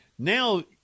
Now